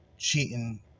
cheating